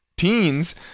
teens